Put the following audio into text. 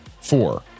four